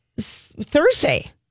Thursday